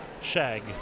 shag